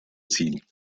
ziehen